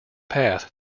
path